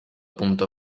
punto